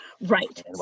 Right